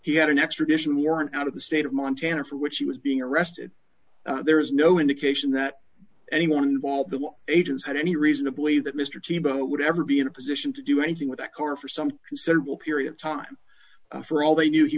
he had an extradition warrant out of the state of montana for which he was being arrested there is no indication that anyone involved the agents had any reason to believe that mr t bo would ever be in a position to do anything with that car for some considerable period of time for all they knew he